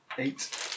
Eight